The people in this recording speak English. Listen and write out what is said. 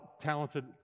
talented